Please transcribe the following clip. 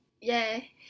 Yay